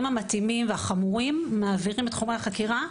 המתאימים והחמורים מעבירים את חומרי החקירה